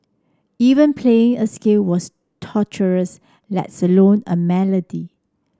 even playing a scale was torturous lets alone a melody